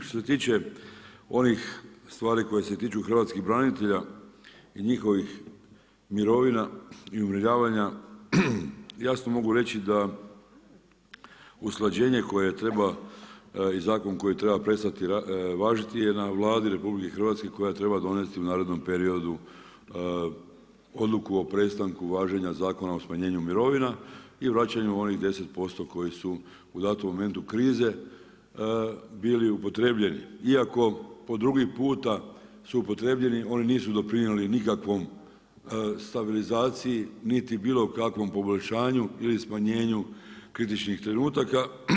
Što se tiče onih stvari koje se tiču hrvatskih branitelja i njihovih mirovina i umirovljivanja, jasno mogu reći da usklađenje koje treba i zakon koji treba prestati važiti je na Vladi RH koja treba donesti u narednom periodu odluku o prestanku važenja Zakona o smanjenju mirovina i vraćanju onih 10% koji su u datom momentu krize bili upotrjebljeni, iako po drugi puta su upotrijebljeni oni nisu doprinijeli nikakvoj stabilizaciji niti bilo kakvom poboljšanju ili smanjenju kritičnih trenutaka.